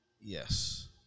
Yes